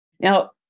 Now